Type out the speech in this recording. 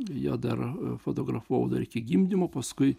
ją dar fotografavau dar iki gimdymo paskui